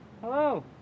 Hello